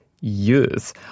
youth